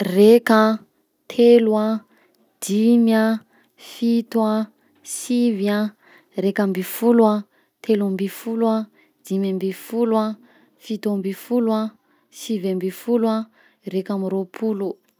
Raika, telo a, dimy a, fito a, sivy a, raika amby folo a, telo amby folo a, dimy amby folo a, fito amby folo a, sivy amby folo a, raika amby roapolo